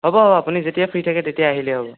হ'ব হ'ব আপুনি যেতিয়া ফ্ৰী থাকে তেতিয়াই আহিলেই হ'ব